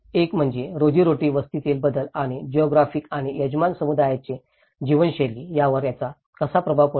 एक म्हणजे रोजीरोटी वस्तीतील बदल आणि जिओग्राफिक आणि यजमान समुदायाचे जीवनशैली यावर त्याचा कसा प्रभाव पडतो